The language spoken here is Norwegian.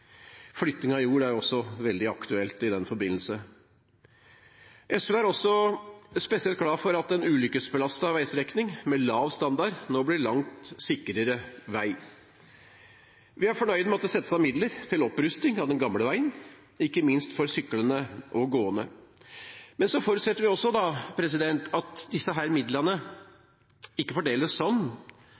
Flytting av jord er også veldig aktuelt i den forbindelse. SV er også spesielt glad for at den ulykkesbelastede veistrekningen med lav standard nå blir en langt sikrere vei. Vi er fornøyd med at det settes av midler til opprustning av den gamle veien, ikke minst for syklende og gående. Vi forutsetter også at disse midlene ikke fordeles sånn